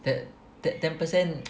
that that ten percent